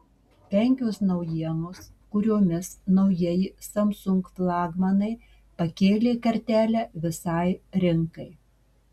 penkios naujienos kuriomis naujieji samsung flagmanai pakėlė kartelę visai rinkai